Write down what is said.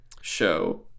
show